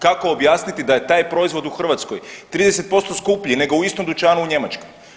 Kako objasniti da je taj proizvod u Hrvatskoj 30% skuplji nego u istom dućanu u Njemačkoj?